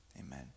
amen